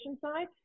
side